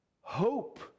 hope